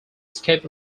skip